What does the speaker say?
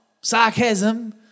sarcasm